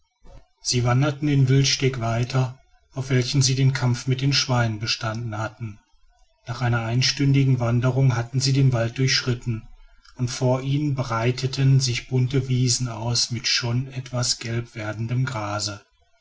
sie wanderten den wildsteig weiter auf welchem sie den kampf mit den schweinen bestanden hatten nach einer einstündigen wanderung hatten sie den wald durchschritten und vor ihnen breiteten sich bunte wiesen aus mit schon etwas gelb werdendem grase